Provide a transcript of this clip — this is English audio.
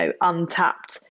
untapped